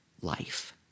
life